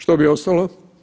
Što bi ostalo?